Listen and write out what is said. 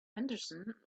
henderson